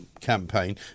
campaign